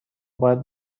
باید